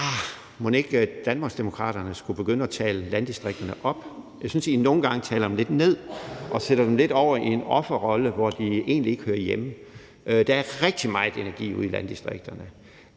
Mon ikke Danmarksdemokraterne skulle begynde at tale landdistrikterne op? Jeg synes, at I nogle gange taler dem lidt ned og lidt sætter dem over i en offerrolle, hvor de egentlig ikke hører hjemme. Der er rigtig meget energi ude i landdistrikterne.